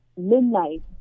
midnight